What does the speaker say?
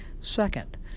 Second